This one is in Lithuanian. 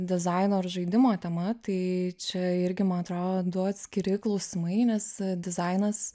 dizaino ar žaidimo tema tai čia irgi man atrodo du atskiri klausimai nes dizainas